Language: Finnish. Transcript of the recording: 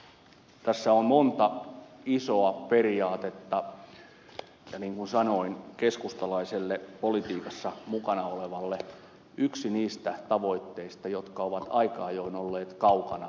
tässä on monta isoa periaatetta ja niin kuin sanoin keskustalaiselle politiikassa mukana olevalle yksi niistä tavoitteista jotka ovat aika ajoin olleet kaukana